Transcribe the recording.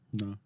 No